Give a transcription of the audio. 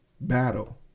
battle